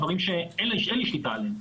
דברים שאין לי שליטה עליהם.